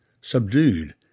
subdued